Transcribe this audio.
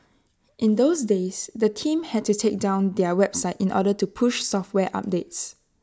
in those days the team had to take down their website in order to push software updates